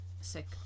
sick